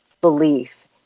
belief